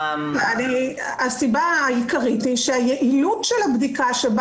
הסיבה העיקרית היא שיעילות הבדיקה שבה